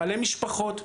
בעלי משפחות,